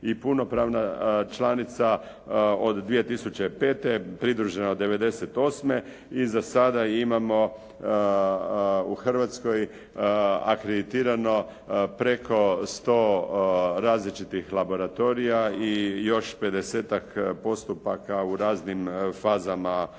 i punopravna članica od 2005. pridružena 98. i za sada imamo u Hrvatskoj akreditirano preko 100 različitih laboratorija i još 50-tak postupaka u raznim fazama. Nije